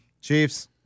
Chiefs